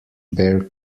bear